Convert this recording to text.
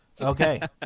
Okay